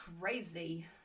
Crazy